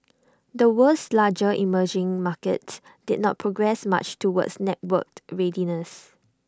the world's larger emerging markets did not progress much towards networked readiness